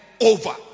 over